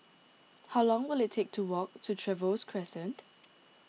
how long will it take to walk to Trevose Crescent